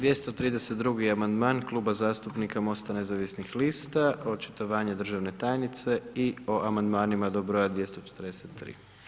232. amandman Kluba zastupnika MOST-a nezavisnih lista, očitovanje državne tajnice i o amandmanima do br. 243.